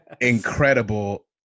incredible